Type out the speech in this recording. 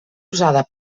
usada